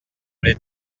les